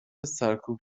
سرکوب